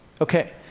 Okay